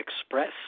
express